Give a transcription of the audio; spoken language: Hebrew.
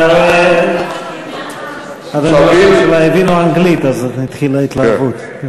אתה רואה, חברים הבינו אנגלית, אז התחילה התלהבות.